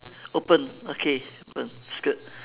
open okay open that's good